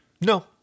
No